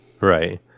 Right